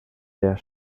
their